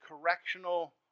correctional